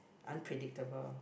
unpredictable